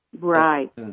Right